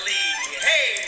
Hey